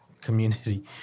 community